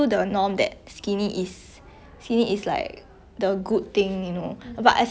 how to say in the western side it's like another thing already like they are more